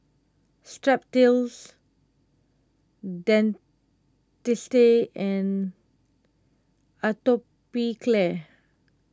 Strepsils Dentiste and Atopiclair